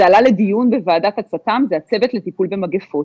זה עלה לדיון בוועדת הצט"ם - זה הצוות לטיפול במגפות.